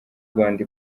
rwanda